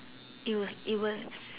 it was it was